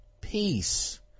peace